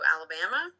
Alabama